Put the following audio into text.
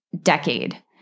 decade